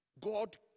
God